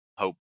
hope